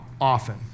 often